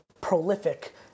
prolific